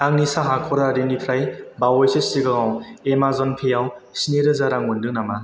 आंनि साहा ख'रारिनिफ्राय बावैसो सिगाङव एमाजन पेआव स्नि रोजा रां मोनदों नामा